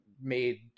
made